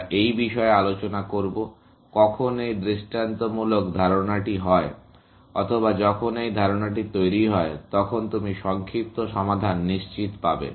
আমরা এই বিষয়ে আলোচনা করব কখন এই ধারণাটি দৃষ্টান্তমূলক হয় অথবা যখন এই ধারণা তৈরী হয় তখন তুমি সংক্ষিপ্ত সমাধান নিশ্চিত পাবে